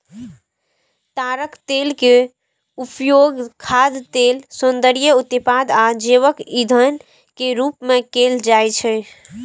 ताड़क तेल के उपयोग खाद्य तेल, सौंदर्य उत्पाद आ जैव ईंधन के रूप मे कैल जाइ छै